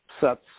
sets